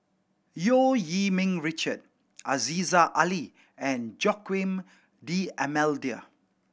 Eu Yee Ming Richard Aziza Ali and Joaquim D'Almeida